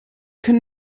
können